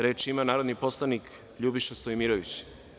Reč ima narodni poslanik LJubiša Stojmirović.